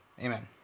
Amen